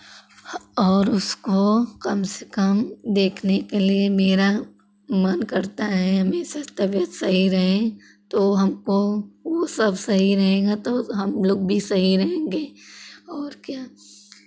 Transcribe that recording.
और उसको कम से कम देखने के लिये मेरा मन करता है हमेशा तबियत सही रहे तो हमको वो सब सही रहेगा तो हमलोग भी सही रहेंगे और क्या